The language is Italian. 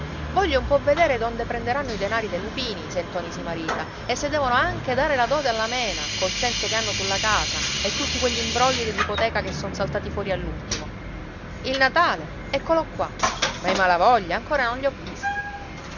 voglio un po vedere d'onde prenderanno i denari dei lupini se ntoni si marita e se devono anche dare la dote alla mena col censo che hanno sulla casa e tutti quegli imbrogli dell'ipoteca che son saltati fuori all'ultimo il natale eccolo qua ma i malavoglia ancora non li ho visti